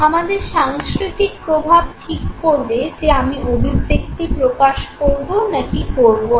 আমাদের সাংস্কৃতিক প্রভাব ঠিক করবে যে আমি অভিব্যক্তি প্রকাশ করবো নাকি করবো না